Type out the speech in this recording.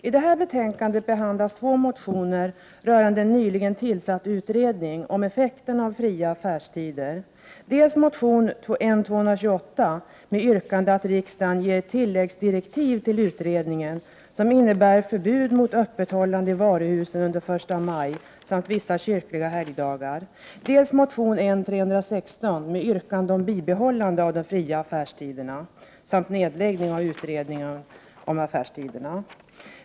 I detta betänkande behandlas två motioner rörande en nyligen tillsatt utredning om effekterna av fria affärstider, dels motion N228 med yrkande att riksdagen uttalar sig för tilläggsdirektiv till utredningen, innebärande förbud mot öppethållande i varuhusen under första maj samt vissa kyrkliga helgdagar, dels motion N316 med yrkande om bibehållande av de fria affärstiderna samt nedläggning av utredningen om affärstiderna.